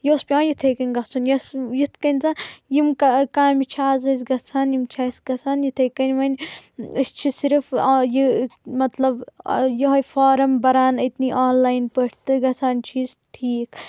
یہِ اوس پیوان یِتھٕے کنۍ گژھُن یۄس یِتھ کٔنۍ زن یِم کامہِ چھِ از اسہِ گژھان یِم چھِ اسہِ گژھان یِتھٕے کٔنۍ ونۍ أسۍ چھِ صِرِف یہ مطلب یِہوے فارم بران أتِنی آنلاین پٲٹھۍ تہٕ گژھان چھِ یہِ ٹھیٖک